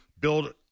build